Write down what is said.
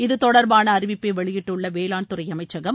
இத்தொடர்பான அறிவிப்பை வெளயிட்டுள்ள வேளாண் துறை அமைச்சகம்